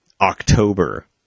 October